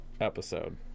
episode